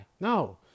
no